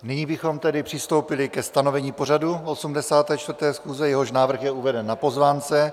Nyní bychom přistoupili ke stanovení pořadu 84. schůze, jehož návrh je uveden na pozvánce.